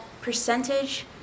percentage